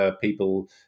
people